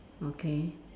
okay